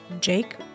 Jake